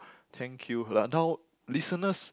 thank you lah now listeners